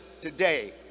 today